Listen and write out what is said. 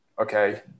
okay